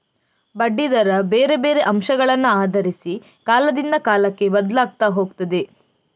ಬಡ್ಡಿ ದರ ಬೇರೆ ಬೇರೆ ಅಂಶಗಳನ್ನ ಆಧರಿಸಿ ಕಾಲದಿಂದ ಕಾಲಕ್ಕೆ ಬದ್ಲಾಗ್ತಾ ಹೋಗ್ತದೆ